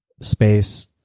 space